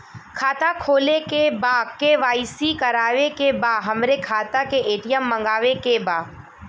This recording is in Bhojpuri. खाता खोले के बा के.वाइ.सी करावे के बा हमरे खाता के ए.टी.एम मगावे के बा?